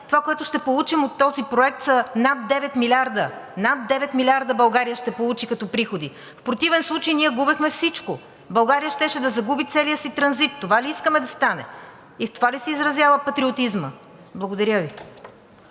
Това, което ще получим от този проект, са над 9 милиарда, над 9 милиарда България ще получи като приходи! В противен случай ние губехме всичко. България щеше да загуби целия си транзит! Това ли искаме да стане? И в това ли се изразява патриотизмът? Благодаря Ви.